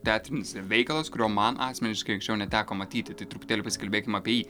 teatrinis veikalas kurio man asmeniškai anksčiau neteko matyti tai truputėlį pasikalbėkim apie jį